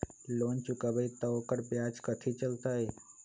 Loan चुकबई त ओकर ब्याज कथि चलतई?